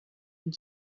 and